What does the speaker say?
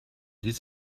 ließ